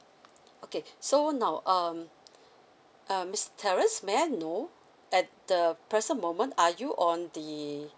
okay so now um err mister terrence may I know at the present moment are you on the